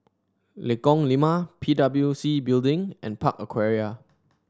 Lengkong Lima P W C Building and Park Aquaria